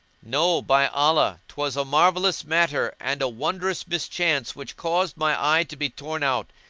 no, by allah, twas a marvellous matter and a wondrous mischance which caused my eye to be torn out,